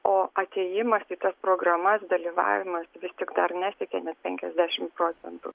o atėjimas į tas programas dalyvavimas vis tik dar nesiekia net penkiasdešimt procentų